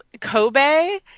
Kobe